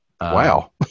Wow